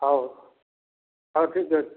ହେଉ ହେଉ ଠିକ୍ ଅଛି